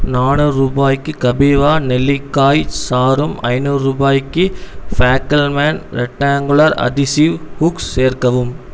நானூறு ரூபாய்க்கு கபீவா நெல்லிக்காய்ச் சாறும் ஐநூறு ரூபாய்க்கு ஃபாக்கெல்மேன் ரெக்டாங்குளர் அதேசிவ் ஹுக்கு சேர்க்கவும்